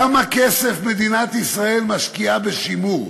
כמה כסף מדינת ישראל משקיעה בשימור?